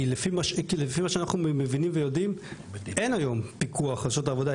כי לפי מה שאנחנו מבינים ויודעים אין היום פיקוח על שעות העבודה.